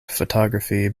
photography